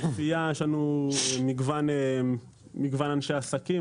יש לנו מגוון אנשי עסקים,